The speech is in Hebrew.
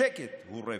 השקט הוא רפש.